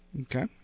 Okay